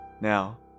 Now